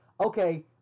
okay